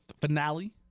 finale